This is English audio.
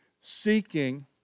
seeking